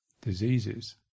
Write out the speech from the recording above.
diseases